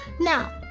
Now